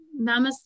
Namaste